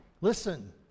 Listen